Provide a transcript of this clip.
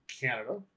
canada